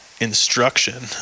instruction